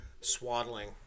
Swaddling